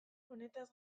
honetaz